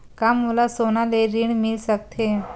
का मोला सोना ले ऋण मिल सकथे?